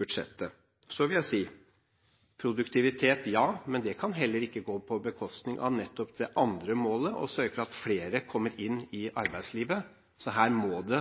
budsjettet. Så vil jeg si: produktivitet, ja, men det kan ikke gå på bekostning av nettopp det andre målet, å sørge for at flere kommer inn i arbeidslivet. Her må det